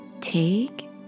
take